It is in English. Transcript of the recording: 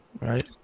right